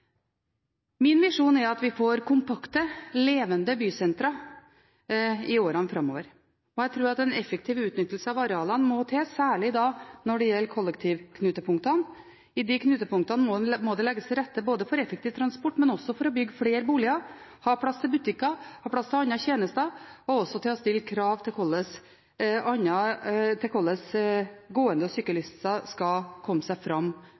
Min visjon er at vi får kompakte, levende bysentre i årene framover. Jeg tror at en effektiv utnyttelse av arealene må til, særlig når det gjelder kollektivknutepunktene. I de knutepunktene må det legges til rette for effektiv transport og å bygge flere boliger, ha plass til butikker og andre tjenester, og man må stille krav til hvordan gående og syklister skal komme seg fram